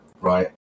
right